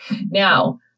now